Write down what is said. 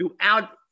throughout